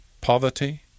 poverty